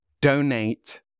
donate